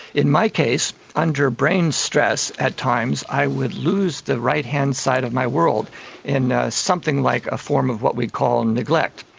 in my case, case, under brain stress at times i would lose the right-hand side of my world in something like a form of what we call neglect.